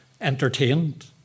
entertained